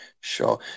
Sure